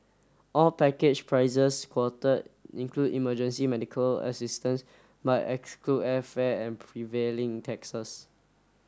all package prices quoted include emergency medical assistance but exclude airfare and prevailing taxes